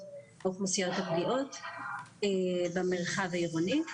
מאמין, עוד יצמח ויתפתח.